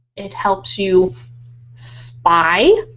it helps you spy